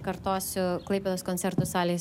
kartosiu klaipėdos koncertų salėj